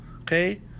okay